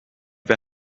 wer